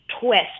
twist